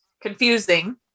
confusing